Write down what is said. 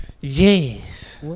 Yes